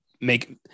make